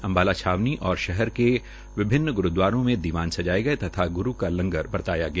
अंबाला छावनी और शहर के विभिन्न ग्रुद्वारों में दीवान सजाए गए तथा ग्रु का लंगर बर्ताया गया